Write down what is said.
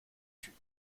fut